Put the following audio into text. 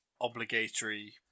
obligatory